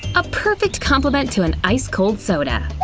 a perfect compliment to an ice-cold soda.